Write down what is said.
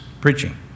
preaching